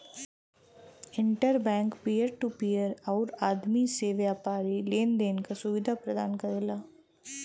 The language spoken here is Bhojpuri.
inter bank peer to peer आउर आदमी से व्यापारी लेन देन क सुविधा प्रदान करला